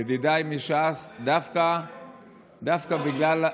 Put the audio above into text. ידידיי מש"ס, דווקא בגלל,